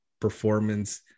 performance